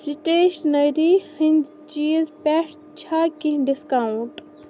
stationery ہِنٛدۍ چیٖز پٮ۪ٹھ چھےٚ کینٛہہ ڈِسکاونٹ